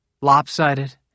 lopsided